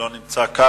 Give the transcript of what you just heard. לא נמצא כאן.